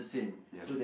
ya